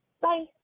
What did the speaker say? Bye